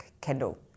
Kendall